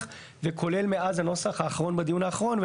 וכולל מאז הנוסח האחרון בדיון האחרון.